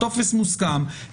הטופס מוסכם,